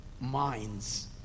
minds